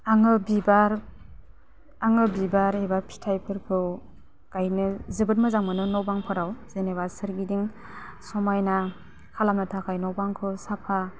आङो बिबार आङो बिबार एबा फिथाइफोरखौ गायनो जोबोद मोजां मोनो न' बां फोराव जेनेबा सोरगिदिं समायना खालामनो थाखाय न' बांखौ साफा